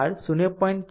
4 r 0